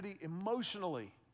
emotionally